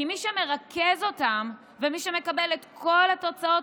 כי מי שמרכז אותם ומי שמקבל את כל התוצאות